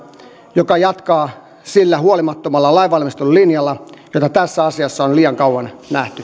joka jatkaa sillä huolimattomalla lainvalmistelulinjalla jota tässä asiassa on liian kauan